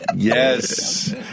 Yes